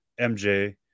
MJ